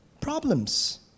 problems